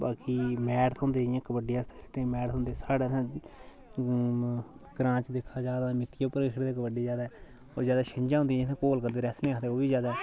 बाकी मैट थ्होंदे जियां कबड्डी आस्तै ते मैट थ्होंदे साढ़ै इत्थें ग्रांऽ च दिक्खा जा तां मिट्टी उप्पर गै खेढदे कबड्डी ज्यादा होर ज्यादा छिंजा होंदियां जित्थै घोल करदे रैसलिंग आखदे ओह् बी ज्यादा